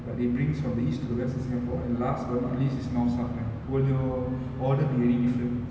but it brings from the east to the west of singapore and last but not least is north south line although order behaving different